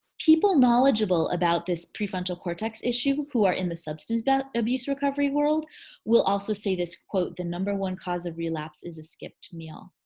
people knowledgeable about this prefrontal cortex issue who are in the substance but abuse recovery world will also say this quote, the number one cause of relapse is a skipped meal.